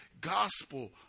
gospel